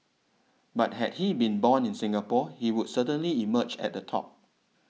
but had he been born in Singapore he would certainly emerge at the top